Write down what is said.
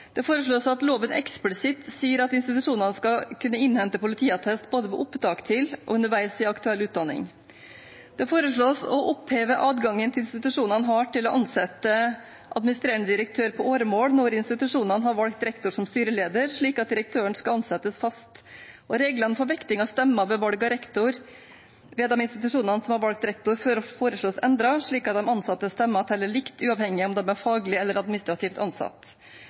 Det foreslås at loven eksplisitt sier at institusjonene skal kunne innhente politiattest både ved opptak til og underveis i aktuell utdanning. Det foreslås å oppheve adgangen institusjonene har til å ansette administrerende direktør på åremål når institusjonene har valgt rektor som styreleder, slik at direktøren skal ansettes fast. Reglene for vekting av stemmer ved valg av rektor ved de institusjonene som har valgt rektor, foreslås endret, slik at de ansattes stemmer teller likt, uavhengig av om de er faglig eller administrativt ansatt.